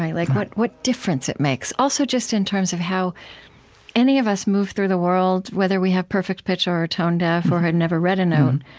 like what what difference it makes. also, just in terms of how any of us move through the world, whether we have perfect pitch or are tone deaf or had never read a note,